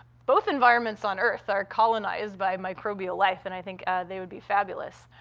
both environments on earth are colonized by microbial life, and i think they would be fabulous.